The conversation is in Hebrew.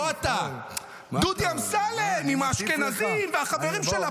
לא אתה, דודי אמסלם עם האשכנזים והחברים של לפיד.